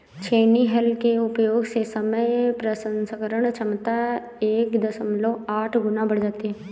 छेनी हल के उपयोग से समय प्रसंस्करण क्षमता एक दशमलव आठ गुना बढ़ जाती है